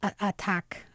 attack